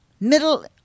Middle